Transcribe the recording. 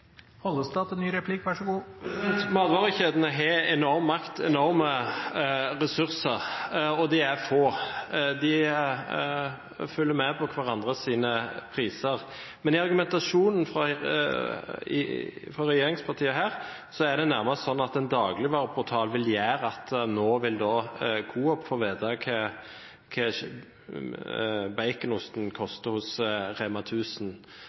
Matvarekjedene har enorm makt og enorme ressurser, og de er få. De følger med på hverandres priser. Men i argumentasjonen fra regjeringspartiene her er det nærmest sånn at en dagligvareportal vil gjøre at Coop nå vil få vite hva baconosten koster hos REMA 1000. Da er mitt spørsmål ganske enkelt: Tror eller tror ikke statsråden at f.eks. Coop i dag har full oversikt over hva varene koster på REMA?